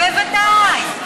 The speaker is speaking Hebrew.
בוודאי.